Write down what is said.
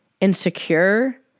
insecure